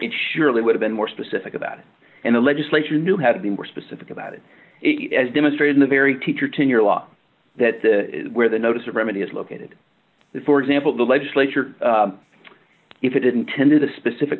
it surely would have been more specific about it and the legislature knew how to be more specific about it as demonstrated in a very teacher tenure law that where the notice of remedy is located for example the legislature if it didn't tend to the specific